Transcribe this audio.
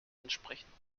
entsprechend